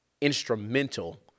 instrumental